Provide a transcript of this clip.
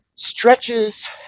stretches